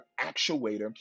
actuator